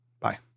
Bye